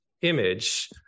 image